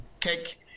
take